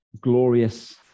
glorious